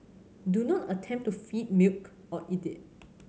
do not attempt to feed milk or eat it